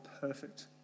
perfect